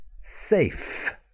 safe